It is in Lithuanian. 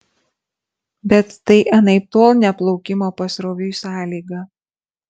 bet tai anaiptol ne plaukimo pasroviui sąlyga